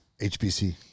HBC